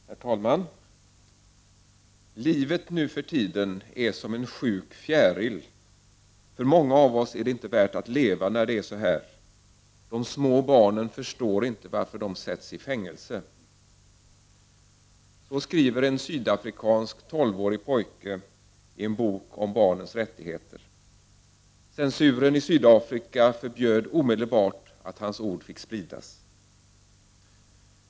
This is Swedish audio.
Herr talman! ”Livet nu för tiden är som en sjuk fjäril. För många av oss är det inte värt att leva när det är så här. De små barnen förstår inte varför de sätts i fängelse.” Så skriver en 12-årig sydafrikansk pojke i en bok om barns rättigheter. Censuren i Sydafrika förbjöd omedelbart att hans ord fick spridas.